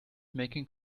making